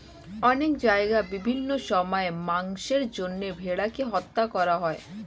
অনেক জায়গায় বিভিন্ন সময়ে মাংসের জন্য ভেড়াকে হত্যা করা হয়